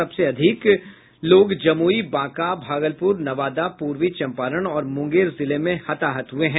सबसे अधिक लोग जमुई बांका भागलपुर नवादा पूर्वी चंपारण और मुंगेर जिले में हताहत हुए है